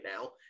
now